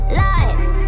lies